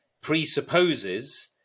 presupposes